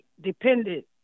dependent